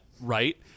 right